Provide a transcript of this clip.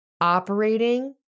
operating